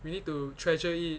you need to treasure it